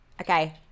Okay